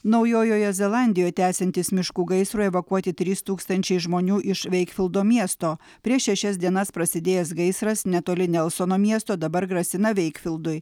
naujojoje zelandijoj tęsiantis miškų gaisrui evakuoti trys tūkstančiai žmonių iš veikfildo miesto prieš šešias dienas prasidėjęs gaisras netoli nelsono miesto dabar grasina veikfildui